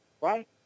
right